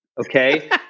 Okay